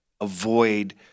avoid –